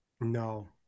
No